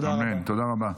תודה רבה.